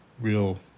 real